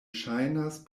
ŝajnas